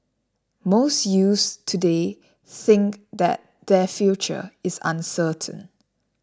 most youth today think that their future is uncertain